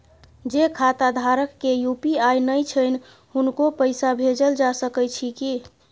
जे खाता धारक के यु.पी.आई नय छैन हुनको पैसा भेजल जा सकै छी कि?